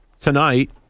tonight